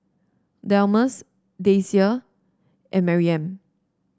Delmus Daisye and Maryam